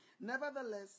Nevertheless